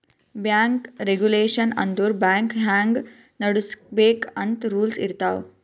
bank regulation ಅಂದುರ್ bank ಹ್ಯಾಂಗ್ ನಡುಸ್ಬೇಕ್ ಅಂತ್ ರೂಲ್ಸ್ ಇರ್ತಾವ್